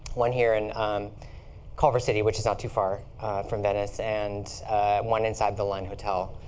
one here in culver city, which is not too far from venice, and one inside the line hotel,